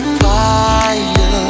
fire